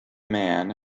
man